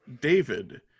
David